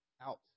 out